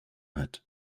hat